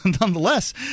nonetheless